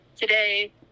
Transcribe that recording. today